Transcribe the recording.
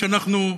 שאנחנו,